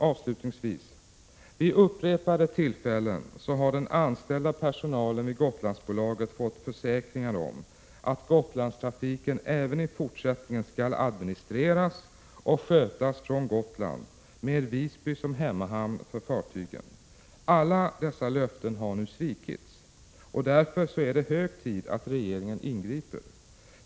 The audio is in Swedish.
Avslutningsvis, herr talman: Vid upprepade tillfällen har den anställda personalen vid Gotlandsbolaget fått försäkringar om att Gotlandstrafiken även i fortsättningen skall administreras och skötas från Gotland med Visby som hemmahamn för fartygen. Alla dessa löften har nu svikits. Därför är det hög tid att regeringen ingriper.